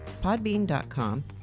podbean.com